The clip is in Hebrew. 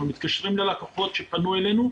אנחנו מתקשרים ללקוחות שפנו אלינו.